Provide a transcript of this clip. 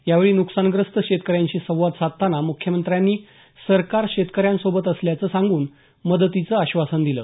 यावेळी नुकसानग्रस्त शेतकऱ्यांशी संवाद साधताना मुख्यमंत्र्यांनी सरकार शेतकऱ्यांसोबत असल्याचं सांगून मदतीचं आश्वासन दिलं